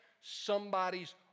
somebody's